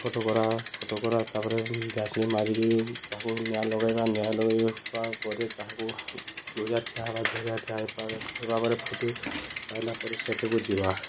ଫଟକରା ଫଟକରା ତା'ପରେ ଡିଆସିଲି ମାରିକି ତାହାକୁ ନିଆଁ ଲଗାଇବା ନିଆଁ ଲଗାଇବା ପରେ ତାହାକୁ ଦୂରିଆ ଠିଆ ହେବା ଦୂରିଆ ଠିଆହେଇ ହେବା ପରେ ଫୁଟି ସାରିଲା ପରେ ସେଠାକୁ ଯିବା